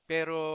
Pero